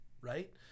right